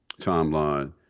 timeline